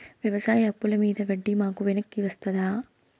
వ్యవసాయ అప్పుల మీద వడ్డీ మాకు వెనక్కి వస్తదా?